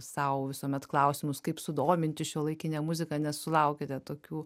sau visuomet klausimus kaip sudominti šiuolaikine muziką nes sulaukiate tokių